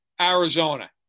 Arizona